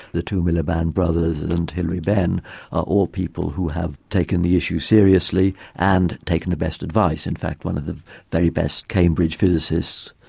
the two miliband brothers and hilary benn, are all people who have taken the issue seriously and taken the best advice. in fact one of the very best cambridge physicists,